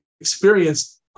experience